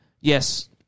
Yes